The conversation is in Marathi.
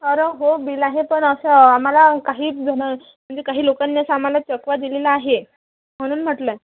अरे हो बिल आहे पण अशा आम्हाला काही जण म्हणजे काही लोकांनी असं आम्हाला चकवा दिलेला आहे म्हणून म्हटलं आहे